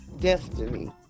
Destiny